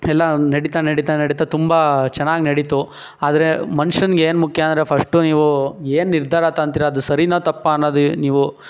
ಎಲ್ಲ ನಡೀತ ನಡೀತ ನಡೀತ ತುಂಬ ಚೆನ್ನಾಗಿ ನಡೀತು ಆದರೆ ಮನ್ಷಂಗೆ ಏನು ಮುಖ್ಯ ಅಂದರೆ ಫಸ್ಟು ನೀವು ಏನು ನಿರ್ಧಾರ ತಗೊಂತೀರ ಅದು ಸರೀನಾ ತಪ್ಪಾ ಅನ್ನೋದು ನೀವು